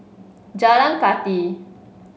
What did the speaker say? Jalan Kathi